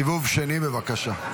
סיבוב שני, בבקשה.